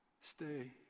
stay